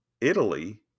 Italy